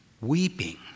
Weeping